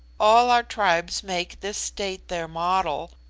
all our tribes make this state their model,